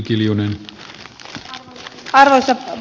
arvoisa puhemies